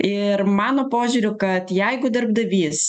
ir mano požiūriu kad jeigu darbdavys